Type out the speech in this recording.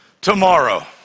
Tomorrow